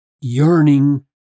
yearning